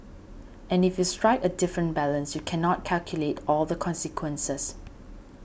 and if you strike a different balance you cannot calculate all the consequences